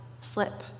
slip